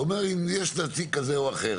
זה אומר אם יש נציג כזה או אחר,